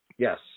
Yes